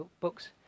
books